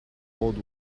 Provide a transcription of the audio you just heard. old